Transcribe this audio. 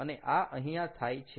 અને આ અહીંયા થાય છે